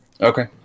Okay